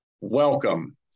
welcome